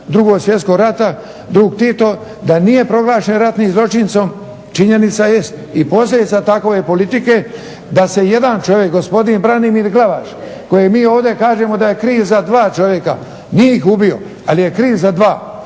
Drugo svjetskog rata drug Tito da nije proglašen ratnim zločincem činjenica jest i posljedica takove politike da se jedan čovjek, gospodin Branimir Glavaš, koji mi ovdje kažemo da je kriv za dva čovjeka, nije ih ubio ali je kriv za dva